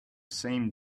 same